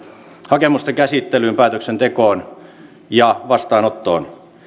hakemusten käsittelyyn päätöksentekoon ja vastaanottoon